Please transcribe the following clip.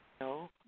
No